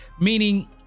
meaning